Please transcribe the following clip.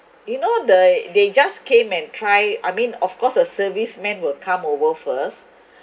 you know they they just came and try I mean of course the serviceman will come over first